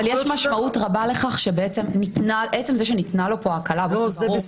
אבל יש משמעות רבה לכך שעצם זה שניתנה לו פה הקלה וזה ברור --- לא,